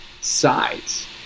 sides